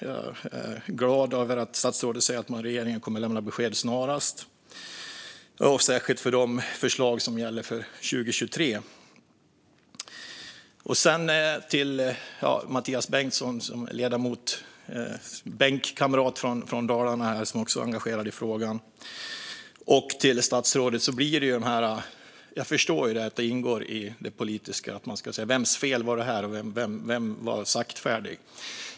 Jag är glad över att statsrådet säger att regeringen kommer att lämna besked snarast och särskilt för de förslag som gäller för 2023. Sedan vänder jag mig till ledamoten Mathias Bengtsson, bänkkamraten från Dalarna, som också är engagerad i frågan och till statsrådet: Jag förstår att det ingår i det politiska att man ska säga vems fel det var och vem som var saktfärdig.